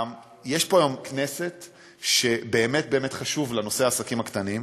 יש פה היום כנסת שבאמת באמת חשוב לה נושא העסקים הקטנים,